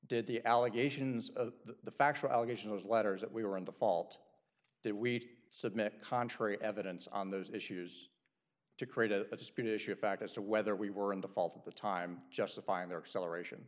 did the allegations of the factual allegations letters that we were on the fault that we submit contrary evidence on those issues to create a suspicious fact as to whether we were in the fall that the time justifying their acceleration